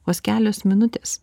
vos kelios minutės